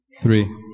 Three